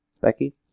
Becky